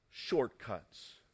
Shortcuts